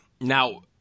Now